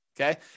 Okay